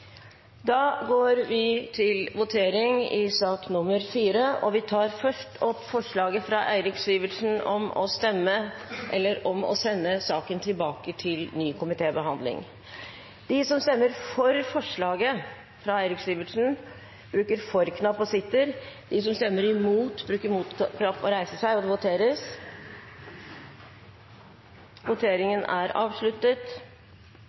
Da har presidenten notert det. Og det samme gjelder Senterpartiet. Da går vi til votering i sak nr. 4. Vi tar først opp forslaget fra Eirik Sivertsen om å sende saken tilbake til ny komitébehandling. Det voteres